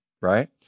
right